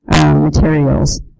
materials